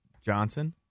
Johnson